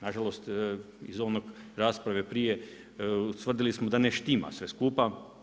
Nažalost, iz one rasprave prije ustvrdili da ne štima sve skupa.